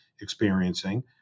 experiencing